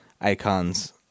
icons